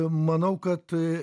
manau kad